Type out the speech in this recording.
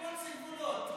לפרוץ גבולות.